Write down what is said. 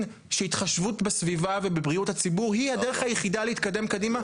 שהתחשבות בסביבה ובריאות הציבור היא הדרך היחידה להתקדם קדימה?